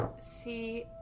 see